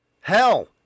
Hell